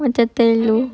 macam telur